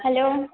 hello